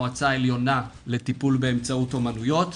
המועצה העליונה לטיפול באמצעות אומנויות.